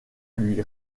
lui